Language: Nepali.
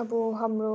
अब हाम्रो